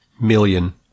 million